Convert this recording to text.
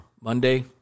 Monday